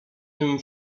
tym